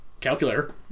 Calculator